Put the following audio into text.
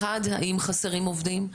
אחד, האם חסרים עובדים?